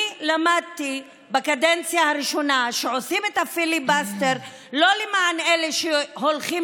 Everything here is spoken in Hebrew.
אני למדתי בקדנציה הראשונה שעושים את הפיליבסטר לא למען אלה שהולכים